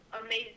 amazing